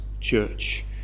church